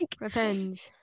Revenge